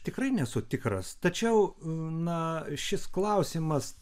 tikrai nesu tikras tačiau na šis klausimas